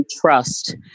trust